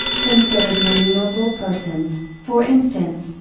consider the innumerable persons, for instance,